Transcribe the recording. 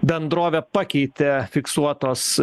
bendrovė pakeitė fiksuotos